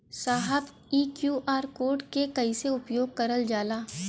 साहब इ QR code के कइसे उपयोग करल जाला?